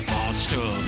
Monster